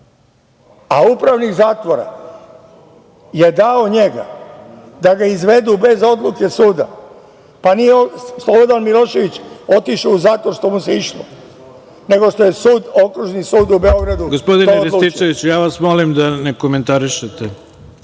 a upravnik zatvora je dao njega da ga izvedu bez odluke suda. Pa, nije Slobodan Milošević otišao u zatvor što mu se išlo, nego što je Okružni sud u Beogradu to odlučio.